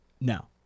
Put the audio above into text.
No